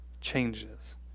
changes